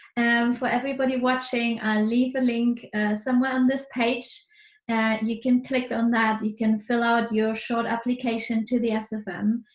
for everybody watching, leave a link somewhere on this page that you can click on that you can fill out your short application to the sfm.